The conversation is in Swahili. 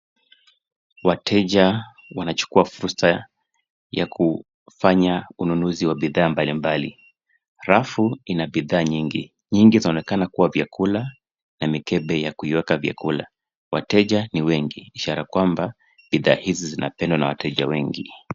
Wateja wanachukua fursa ya kufanya ununuzi wa bidhaa mbalimbali. Rafu ina bidhaa nyingi, nyingi zaoenekana kuwa vyakula na mikebe vya kuiweka vyakula. Wateja ni wengi ishara ya kwamba bidhaa hizi zinapendwa na wateja wengi.